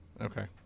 Okay